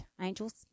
angels